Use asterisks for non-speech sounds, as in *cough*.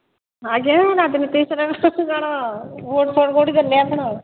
ଆଜ୍ଞା ରାଜନୀତି ବିଷୟରେ କ'ଣ ଭୋଟ୍ ଫୋଟ୍ *unintelligible* ଦେଲେ ଆପଣ